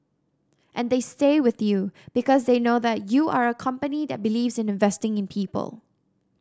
and they stay with you because they know that you are a company that believes in investing in people